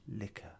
liquor